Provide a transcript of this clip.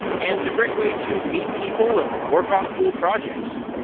and it's a great way to meet people and work on cool projects.